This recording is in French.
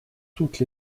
toutes